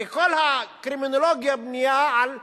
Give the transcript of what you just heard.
הרי כל הקרימינולוגיה בנויה על המניעים.